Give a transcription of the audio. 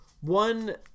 one